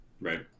Right